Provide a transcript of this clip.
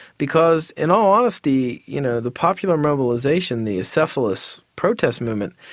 because in all honesty, you know, the popular mobilisation, the acephalous protest movement,